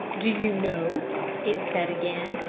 do you know it said again.